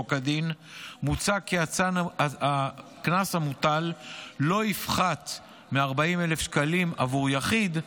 כדין מוצע כי הקנס המוטל לא יפחת מ-40,000 שקלים עבור יחיד,